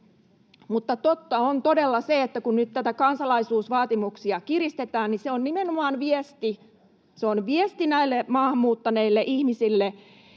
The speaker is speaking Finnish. Totta on todella se, että kun nyt kansalaisuusvaatimuksia kiristetään, niin se on nimenomaan viesti näille maahanmuuttaneille ihmisille,